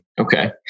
Okay